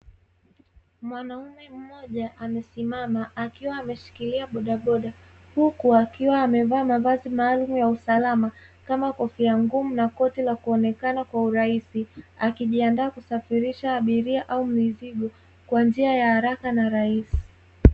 Mwanaume mmoja amesimama akiwa ameshikilia boda boda, huku akiwa amevaa mavazi maalumu ya usalama kama kofia ngumu na koti la kuonekana kwa urahisi. Akijiandaa kusafirisha abiria au mizigo kwa njia ya haraka na rahisi.